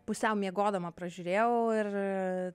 pusiau miegodama pražiūrėjau ir